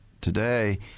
today